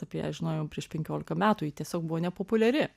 apie ją žinojom prieš penkiolika metų ji tiesiog buvo nepopuliari